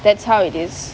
that's how it is